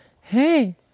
Hey